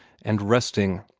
and resting.